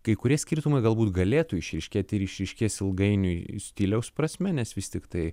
kai kurie skirtumai galbūt galėtų išryškėti ir išryškės ilgainiui stiliaus prasme nes vis tiktai